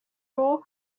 rule